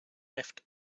left